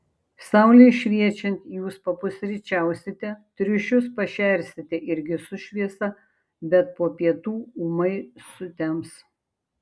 saulei šviečiant jūs papusryčiausite triušius pašersite irgi su šviesa bet po pietų ūmai sutems